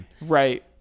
Right